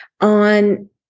on